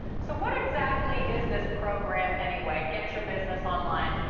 so what exactly is this program anyway, get your business online?